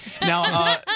Now